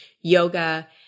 yoga